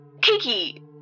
Kiki